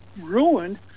ruined